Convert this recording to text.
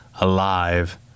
alive